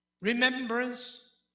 Remembrance